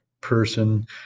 person